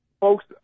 folks